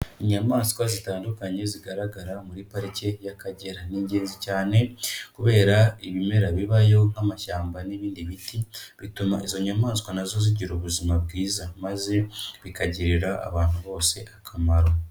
Inyamaswa zitandukanye zigaragara muri parike y'Akagera. Ni ingenzi cyane kubera ibimera bibayo nk'amashyamba n'ibindi biti, bituma izo nyamaswa nazo zigira ubuzima bwiza maze bikagirira abantu bose akamaro.